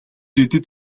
идэж